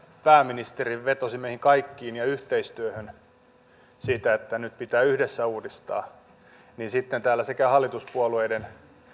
pääministeri vetosi meihin kaikkiin ja yhteistyöhön siinä että nyt pitää yhdessä uudistaa niin sitten sekä hallituspuolueiden